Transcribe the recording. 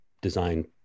design